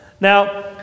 Now